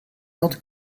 ordres